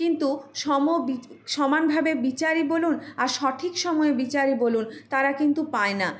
কিন্তু সম বিচ সমানভাবে বিচারই বলুন আর সঠিক সময় বিচারই বলুন তারা কিন্তু পায় না